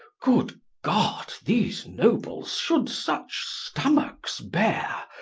good god, these nobles should such stomacks beare,